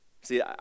See